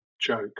joke